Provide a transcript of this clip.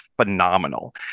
phenomenal